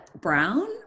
Brown